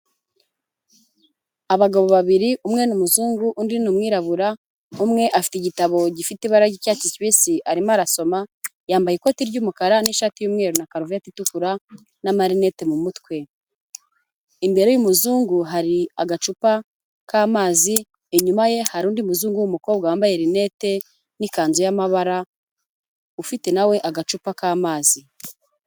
Abagabo babiri umwe n'umuzungu undi ni umwirabura, umwe afite igitabo gifite ibara'icyatsi kibisi arimo arasoma, yambaye ikoti ry'umukara n'ishati y'umweru na karuvati itukura n'amarinete mu mutwe, imbere y'umuzungu hari agacupa k'amazi, inyuma ye hari undi muzungu w'umukobwa wambaye rinete n'ikanzu y'amabara ufite nawe agacupa k'amazi.